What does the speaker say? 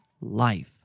life